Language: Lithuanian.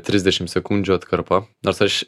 trisdešimt sekundžių atkarpa nors aš